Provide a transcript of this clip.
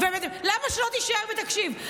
למה שלא תישאר ותקשיב?